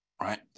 right